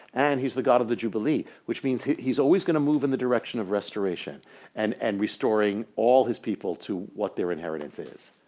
and he's the god of the jubilee. which means he's always going to move in the direction of restoration and and restoring all his people to what their inheritance is.